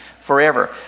forever